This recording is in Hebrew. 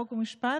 חוק ומשפט,